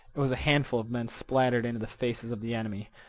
it was a handful of men splattered into the faces of the enemy.